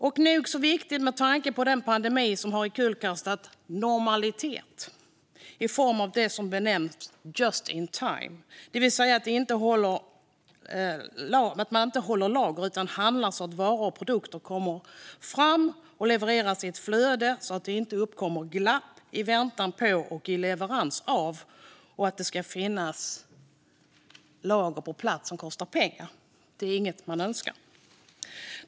Och detta är nog så viktigt med tanke på den pandemi som har kullkastat "normalitet" i form av det som benämns "just in time". Det handlar alltså om att inte hålla lager på plats som kostar utan att handla så att varor och produkter kommer fram och levereras i ett flöde så att det inte uppkommer glapp i väntan på och vid leverans av dessa produkter. Det är inget man önskar.